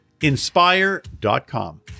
Inspire.com